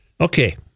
okay